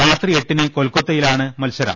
രാത്രി എട്ടിന് കൊൽക്കത്തയിലാണ് മത്സരം